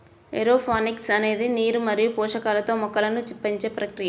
aeroponics అనేది నీరు మరియు పోషకాలతో మొక్కలను పెంచే ప్రక్రియ